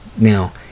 Now